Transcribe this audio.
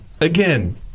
again